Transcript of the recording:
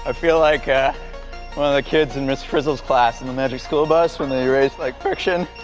ah feel like ah one of the kids in ms. frizzle's class in the magic school bus when they erase like friction